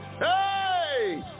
Hey